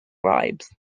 bribes